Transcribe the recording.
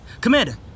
Commander